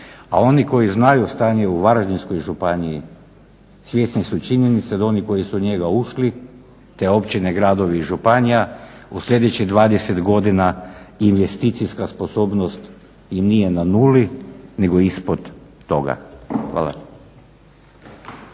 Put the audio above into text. A oni koji znaju stanje u Varaždinskoj županiji svjesni su činjenice da oni koji su u njega ušli, te općine, gradovi i županija, u sljedećih 20 godina investicijska sposobnost im nije na nuli nego ispod toga. Hvala.